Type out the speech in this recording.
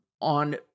on